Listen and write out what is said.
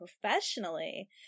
professionally